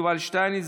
יובל שטייניץ,